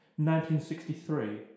1963